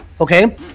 okay